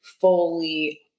fully